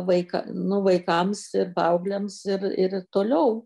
vaiką nu vaikams ir paaugliams ir ir toliau